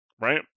right